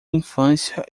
infância